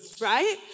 right